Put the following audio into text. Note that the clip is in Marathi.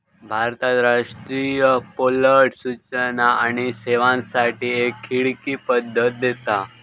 भारताचा राष्ट्रीय पोर्टल सूचना आणि सेवांसाठी एक खिडकी पद्धत देता